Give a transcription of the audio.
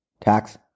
tax